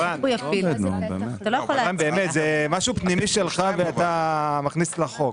ערן, באמת, זה משהו פנימי שלך ואתה מכניס לחוק.